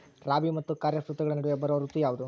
ರಾಬಿ ಮತ್ತು ಖಾರೇಫ್ ಋತುಗಳ ನಡುವೆ ಬರುವ ಋತು ಯಾವುದು?